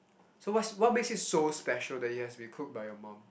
so what what makes it so special that it has to be cooked by your mom